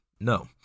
no